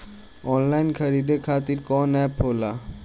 Online खरीदे खातीर कौन एप होला?